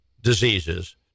diseases